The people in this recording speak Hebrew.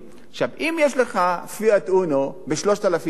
עכשיו, אם יש לך "פיאט אונו" ב-3,000 שקל